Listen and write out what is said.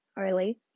early